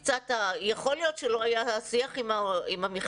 יכול להיות שלא היה שיח עם המכללות